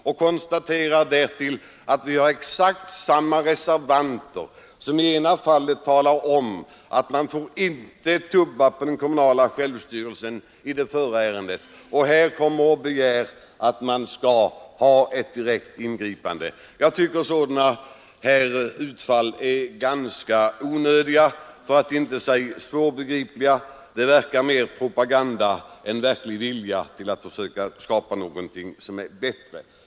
Jag konstaterar dessutom att exakt samma reservanter som i det förra ärendet talade om att man inte får tumma på den kommunala självstyrelsen i detta ärende begär ett direkt ingripande. Jag tycker att sådana utfall är ganska onödiga för att inte säga svårbegripliga — de verkar mer vara propaganda än verklig vilja att skapa något bättre.